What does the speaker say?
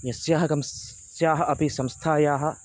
यस्याः कस्याः अपि संस्थायाः